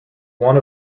one